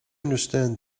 understand